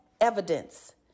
evidence